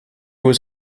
was